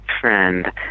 friend